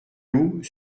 loup